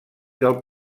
del